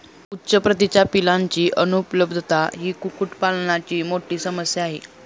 उच्च प्रतीच्या पिलांची अनुपलब्धता ही कुक्कुटपालनाची मोठी समस्या आहे